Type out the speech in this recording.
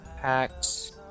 packs